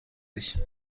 ich